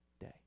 day